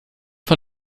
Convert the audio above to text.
von